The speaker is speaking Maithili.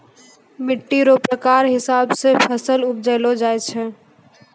मिट्टी रो प्रकार हिसाब से फसल उपजैलो जाय छै